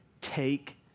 take